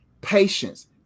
patience